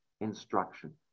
instruction